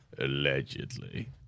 Allegedly